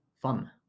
fun